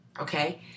Okay